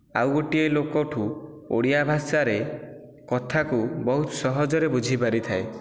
ଆଉ ଗୋଟିଏ ଲୋକଠୁ ଓଡ଼ିଆ ଭାଷାରେ କଥାକୁ ବହୁତ ସହଜରେ ବୁଝି ପାରିଥାଏ